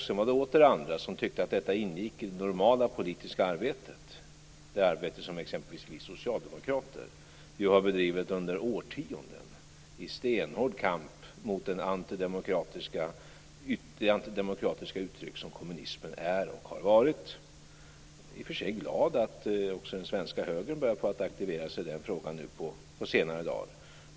Sedan var det åter andra som tyckte att detta ingick i det normala politiska arbetet. Det är ett arbete som exempelvis vi socialdemokrater har bedrivit under årtionden i stenhård kamp mot det antidemokratiska uttryck som kommunismen är och har varit. Jag är i och för sig glad att också den svenska högern börjat aktivera sig i den frågan på senare tid.